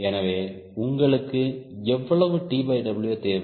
எனவே உங்களுக்கு எவ்வளவு TW தேவை